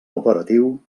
operatiu